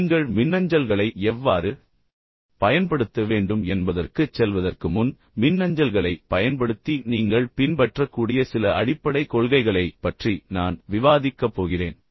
நீங்கள் மின்னஞ்சல்களை எவ்வாறு பயன்படுத்த வேண்டும் என்பதற்குச் செல்வதற்கு முன் மின்னஞ்சல்களைப் பயன்படுத்தி நீங்கள் பின்பற்றக்கூடிய சில அடிப்படை கொள்கைகளைப் பற்றி நான் விவாதிக்கப் போகிறேன்